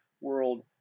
World